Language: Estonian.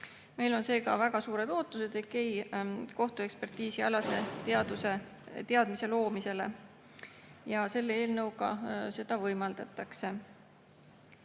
Meil on seega väga suured ootused EKEI kohtuekspertiisialase teadmise loomisele ja selle eelnõuga seda võimaldatakse.